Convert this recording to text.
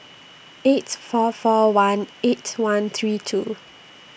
eight four four one eight one three two